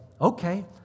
okay